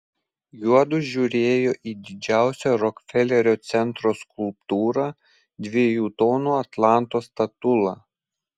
juodu žiūrėjo į didžiausią rokfelerio centro skulptūrą dviejų tonų atlanto statulą